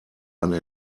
eine